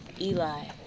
Eli